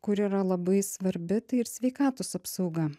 kuri yra labai svarbi tai ir sveikatos apsauga